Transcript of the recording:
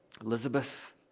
Elizabeth